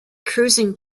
cruising